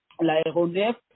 l'aéronef